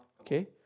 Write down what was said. Okay